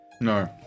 No